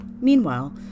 Meanwhile